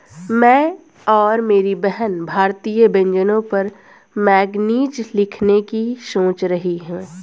मैं और मेरी बहन भारतीय व्यंजनों पर मैगजीन लिखने की सोच रही है